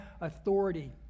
authority